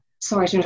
Sorry